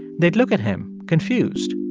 they'd look at him confused.